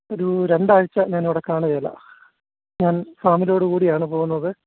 ഒരു രണ്ടാഴ്ച്ച ഞാൻ അവിടെ കാണുകയില്ല ഞാൻ ഫാമിലിയോടു കൂടിയാണ് പോകുന്നത്